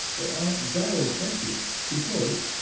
they aren't that authentic because,